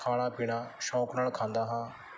ਖਾਣਾ ਪੀਣਾ ਸ਼ੌਂਕ ਨਾਲ ਖਾਂਦਾ ਹਾਂ